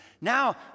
Now